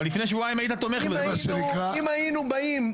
אם היינו באים,